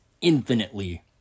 infinitely